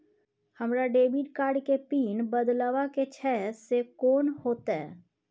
हमरा debit card के PIN बदलवा के छै से कोन होतै?